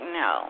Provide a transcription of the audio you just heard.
no